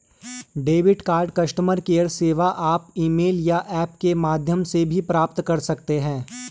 debit card customer care सेवा आप call email या ऐप के माध्यम से भी प्राप्त कर सकते हैं